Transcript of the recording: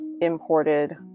imported